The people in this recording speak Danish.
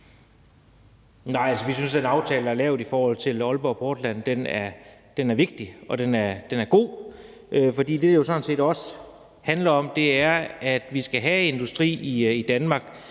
Nej, altså, vi synes, den aftale, der er lavet i forhold til Aalborg Portland, er vigtig, og at den er god. For det, det jo sådan set også handler om, er, at vi skal have industri i Danmark,